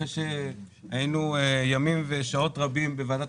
אחרי שהיינו ימים ושעות רבות בוועדת